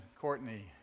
Courtney